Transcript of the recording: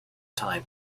time